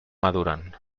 maduren